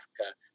africa